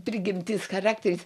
prigimtis charakteris